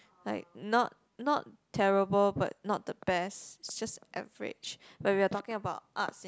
like not not terrible but not the best it's just average but if we are talking about arts in